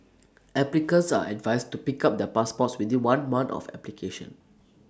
applicants are advised to pick up their passports within one month of application